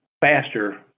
faster